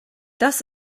das